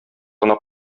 гына